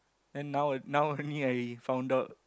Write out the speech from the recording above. then now now only I found out